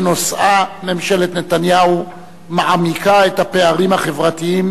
שנושאה: ממשלת נתניהו מעמיקה את הפערים החברתיים